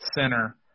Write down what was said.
center